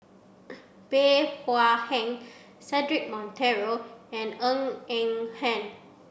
Bey Hua Heng Cedric Monteiro and Ng Eng Hen